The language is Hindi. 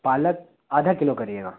पालक आधा किलो करिएगा